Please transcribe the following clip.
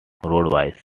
roadways